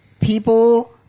people